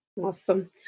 awesome